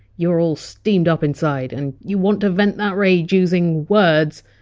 you're all steamed up inside and you want to vent that rage using words,